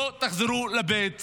לא תחזרו לבית הספר.